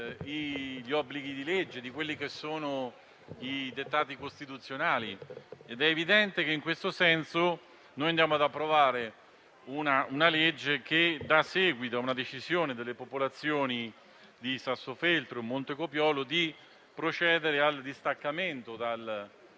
gli obblighi di legge e i dettati costituzionali. È evidente che in questo senso noi andiamo ad approvare una legge che dà seguito a una decisione delle popolazioni di Sassofeltrio e Montecopiolo di procedere al distaccamento dal